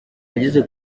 ageze